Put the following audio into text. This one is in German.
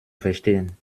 verstehen